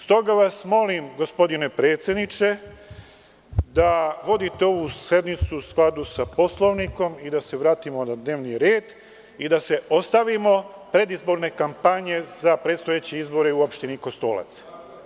Stoga vas molim, gospodine predsedniče, da vodite ovu sednicu u skladu sa Poslovnikom i da se vratimo na dnevni red i da se ostavimo predizborne kampanje za predstojeće izbore u opštini Kostolac.